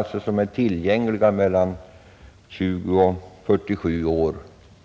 Efter att ha tagit del internationellt biståndsarbete som alternativ till värnpliktstjänstgöring